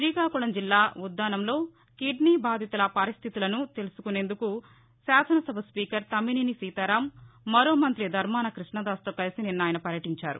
రీకాకుళం జిల్లా ఉద్దానంలో కిద్నీ బాధితుల స్దితిగతులను తెలుసుకునేందుకు శాసనసభ స్పీకర్ తమ్మినేని సీతారాం మరో మంతిధర్మాన కృష్ణదాస్తో కలిసి ఆయన నిన్న పర్యటీంచారు